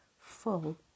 full